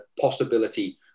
possibility